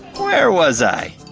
where was i,